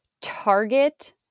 Target